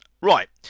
Right